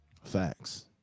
Facts